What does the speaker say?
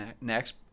next